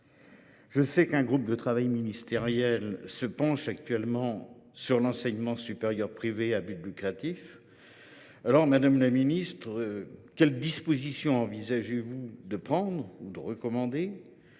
Je sais qu’un groupe de travail ministériel se penche actuellement sur la question de l’enseignement supérieur privé à but lucratif. Aussi, madame la ministre, quelles dispositions envisagez vous de prendre ou de recommander,